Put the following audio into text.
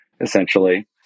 essentially